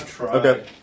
Okay